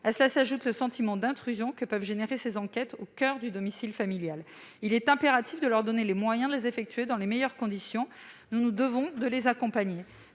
À cela s'ajoute le sentiment d'intrusion que peuvent provoquer ces enquêtes au coeur du domicile familial. Il est impératif de leur donner les moyens de les mener dans les meilleures conditions. Nous nous devons de les accompagner.